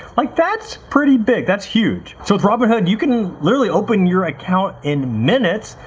like that's pretty big, that's huge. so with robinhood, you can literally open your account in minutes.